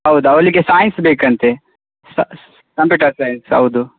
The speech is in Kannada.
ಹೌದು ಅವಳಿಗೆ ಸೈನ್ಸ್ ಬೇಕಂತೆ ಸ ಕಂಪ್ಯೂಟರ್ ಸೈನ್ಸ್ ಹೌದು